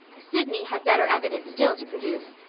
sydney had better evidence still to produce.